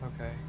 Okay